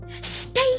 Stay